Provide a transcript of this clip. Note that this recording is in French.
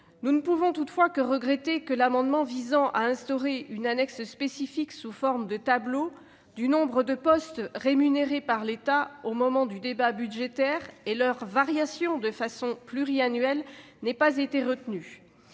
Nous ne pouvons toutefois que regretter que l'amendement visant à instaurer une annexe spécifique récapitulant, sous forme de tableaux, le nombre de postes rémunérés par l'État au moment du débat budgétaire et leur variation pluriannuelle n'ait pas été retenu